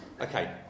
Okay